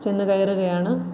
ചെന്ന് കയറുകയാണ്